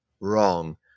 wrong